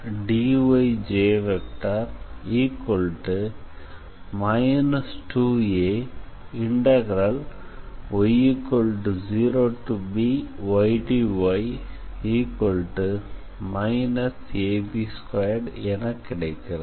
0idyj−2ay0bydy−ab2என கிடைக்கிறது